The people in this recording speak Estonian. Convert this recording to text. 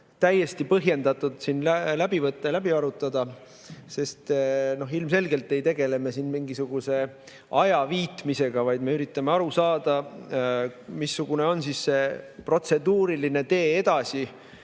täiesti põhjendatud need siin ette võtta ja läbi arutada. Ilmselgelt ei tegele me siin mingisuguse ajaviitmisega, vaid me üritame aru saada, missugune on see edasine protseduuriline tee seisus,